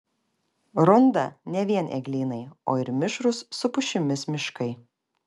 runda ne vien eglynai o ir mišrūs su pušimis miškai